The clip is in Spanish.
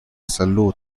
salud